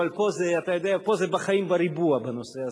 אבל פה, אתה יודע, פה זה בחיים בריבוע בנושא הזה,